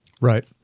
Right